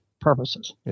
purposes